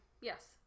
Yes